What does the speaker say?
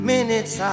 Minutes